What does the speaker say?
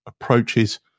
approaches